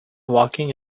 walking